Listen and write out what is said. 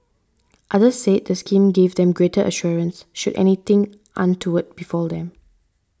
others said the scheme gave them greater assurance should anything untoward befall them